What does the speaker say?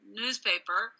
newspaper